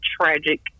tragic